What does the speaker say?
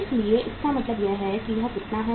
इसलिए इसका मतलब यह है कि यह कितना है